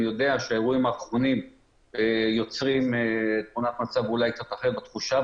אני יודע שהאירועים האחרונים יוצרים תמונת מצב אולי קצת אחרת בתחושה,